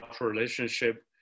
relationship